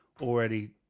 already